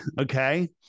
Okay